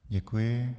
Děkuji.